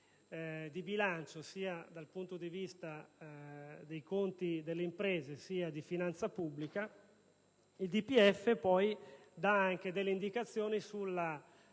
di bilancio, dal punto di vista sia dei conti delle imprese che di finanza pubblica - il DPEF dà anche delle indicazioni sulla